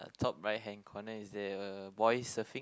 top right hand corner is there a boy surfing